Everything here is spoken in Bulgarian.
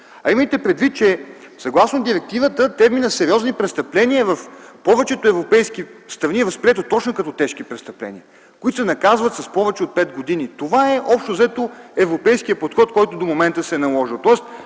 Имайте предвид, че съгласно Директивата, терминът „сериозни престъпления” в повечето европейски страни е възприет точно като „тежки престъпления”, които се наказват с повече от пет години. Общо взето това е европейският подход, който до момента се е наложил.